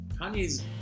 Kanye's